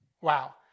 Wow